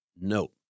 No